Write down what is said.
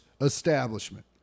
establishment